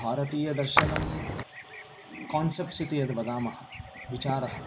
भारतीय दर्शनं कान्सेप्ट्स् इति यद्वदामः विचारः